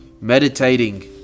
meditating